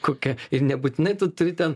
kokia ir nebūtinai tu turi ten